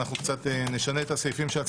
נשנה סדר הסעיפים,